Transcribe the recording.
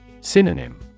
Synonym